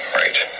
right